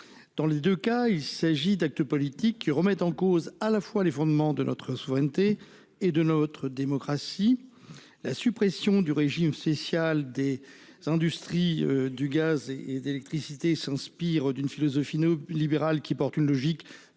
Dans les 2 cas il s'agit d'actes politiques qui remettent en cause à la fois les fondements de notre souveraineté et de notre démocratie. La suppression du régime spécial des industries du gaz et d'électricité s'inspire d'une philosophie libérale qui porte une logique